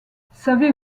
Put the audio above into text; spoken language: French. savez